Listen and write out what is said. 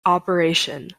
operation